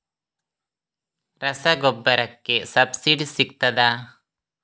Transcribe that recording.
ರಸಗೊಬ್ಬರಕ್ಕೆ ಸಬ್ಸಿಡಿ ಸಿಗ್ತದಾ?